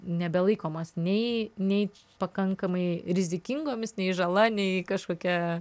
nebelaikomos nei nei pakankamai rizikingomis nei žala nei kažkokia